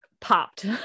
popped